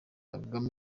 kagame